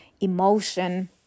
emotion